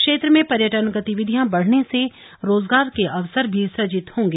क्षेत्र में पर्यटन गतिविधियां बढ़ने से रोजगार के अवसर भी सुजित होंगे